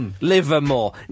Livermore